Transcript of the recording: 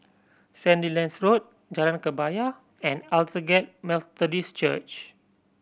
Sandilands Road Jalan Kebaya and Aldersgate Methodist Church